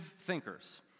thinkers